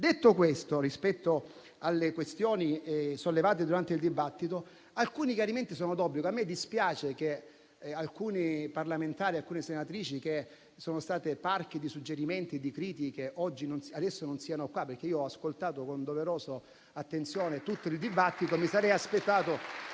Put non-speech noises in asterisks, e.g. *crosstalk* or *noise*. Detto ciò, rispetto alle questioni sollevate durante il dibattito, alcuni chiarimenti sono d'obbligo. A me dispiace che alcuni parlamentari e alcune senatrici che sono stati prodighi di suggerimenti e di critiche adesso non siano qui in Aula. Ho ascoltato con doverosa attenzione tutto il dibattito *applause* e mi sarei aspettato